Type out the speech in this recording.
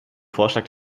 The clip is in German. vorschlag